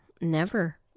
never